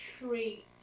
treat